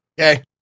Okay